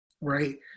right